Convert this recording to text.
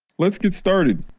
let's get started!